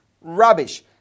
Rubbish